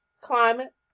climate